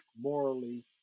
morally